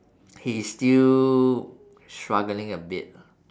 he is still struggling a bit lah